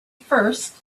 first